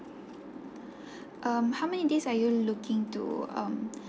um how many days are you looking to um